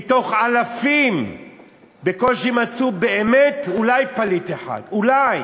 מאלפים בקושי מצאו אולי פליט אחד באמת, אולי.